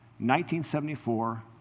1974